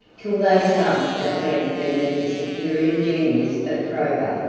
till they sunk at length beneath the superior genius of probus.